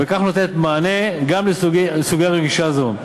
ובכך נותנת מענה גם לסוגיה רגישה זו.